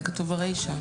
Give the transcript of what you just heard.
זה כתוב ברישא.